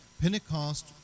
Pentecost